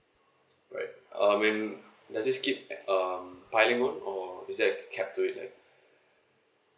right uh mean does it keep uh piling on or is there a cap to it like